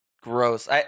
Gross